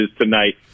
tonight